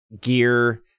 gear